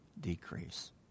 decrease